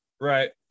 Right